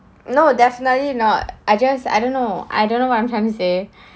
no definitely not I just I don't know I don't know what I'm trying to say